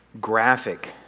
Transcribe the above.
graphic